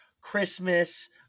Christmas